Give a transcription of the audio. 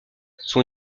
son